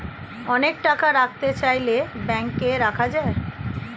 অনেক টাকা রাখতে চাইলে ব্যাংকে রাখা যায়